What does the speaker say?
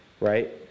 right